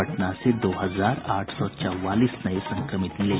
पटना से दो हजार आठ सौ चौवालीस नये संक्रमित मिले